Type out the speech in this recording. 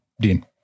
Dean